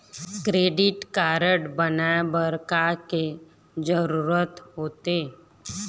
Credit card बनवाए बर का के जरूरत होते?